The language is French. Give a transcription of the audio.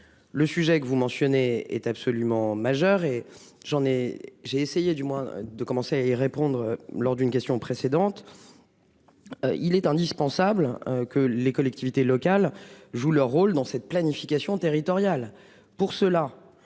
Le sujet que vous mentionnez est absolument majeur et j'en ai, j'ai essayé, du moins de commencer à y répondre. Lors d'une question précédente. Il est indispensable que les collectivités locales jouent leur rôle dans cette planification territoriale.